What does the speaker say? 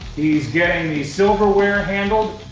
he's getting the silverware handled.